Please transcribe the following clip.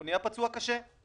הוא נהיה פצוע קשה.